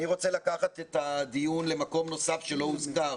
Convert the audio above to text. אני רוצה לקחת את הדיון למקום נוסף שלא הוזכר,